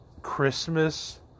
Christmas